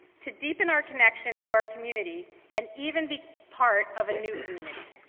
to deepen our connection to our community, and even be part of a new community.